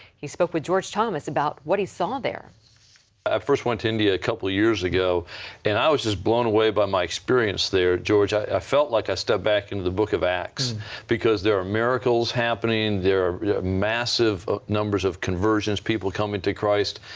he spoke with george thomas about what he saw there. i ah first went to india a couple of years ago and i was just blown away by my experience there, george. i i felt like i stepped back into the book of acts because there are miracles happening, there are yeah massive numbers of conversions, people coming to christ.